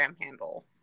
handle